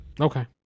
Okay